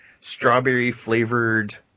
strawberry-flavored